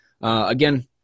Again